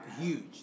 huge